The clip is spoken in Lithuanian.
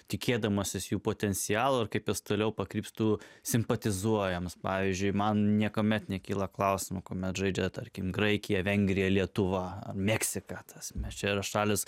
tikėdamasis jų potencialo kaip jis toliau pakryps tu simpatizuojama pavyzdžiui man niekuomet nekyla klausimų kuomet žaidžia tarkim graikija vengrija lietuva meksika tas mes čia yra šalys